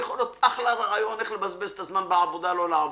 זה יכול להיות אחלה רעיון איך לבזבז את הזמן בעבודה לא לעבוד.